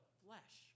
flesh